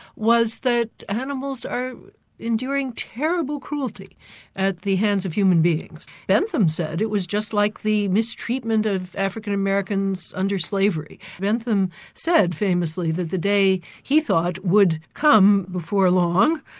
was that animals are enduring terrible cruelty at the hands of human beings. bentham said it was just like the mistreatment of african-americans under slavery. bentham said, famously, that the day he thought would come before long,